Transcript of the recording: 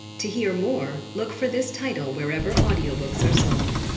to hear more look for this title wherever audio books are sold.